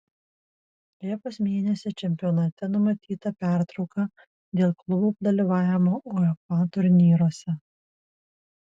liepos mėnesį čempionate numatyta pertrauka dėl klubų dalyvavimo uefa turnyruose